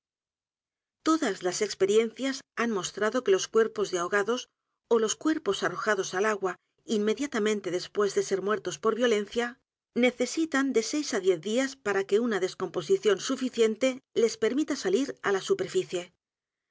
todas las experiencias muestran dice ese diario que los cuerpos de ahogados ó los cuerpos arrojados al a g u a inmediatamente d e s pués de muertos por violencia necesitan de seis á diez días p a r a que una descomposición suficiente les permita salir á la superficie